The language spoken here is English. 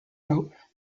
wrote